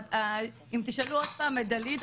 אם תשאלו עוד פעם את דלית,